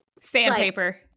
Sandpaper